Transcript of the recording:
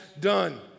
done